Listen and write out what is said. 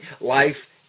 life